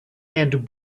and